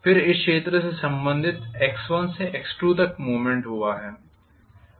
फिर इस क्षेत्र से संबंधित x1 से x2 तक मूवमेंट हुआ है